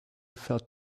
felt